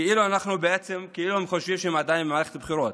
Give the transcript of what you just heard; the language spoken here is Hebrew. כאילו הם חושבים שהם עדיין במערכת הבחירות.